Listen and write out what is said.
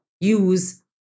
use